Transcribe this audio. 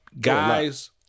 Guys